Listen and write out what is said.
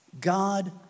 God